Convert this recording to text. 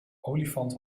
olifant